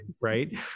right